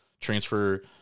transfer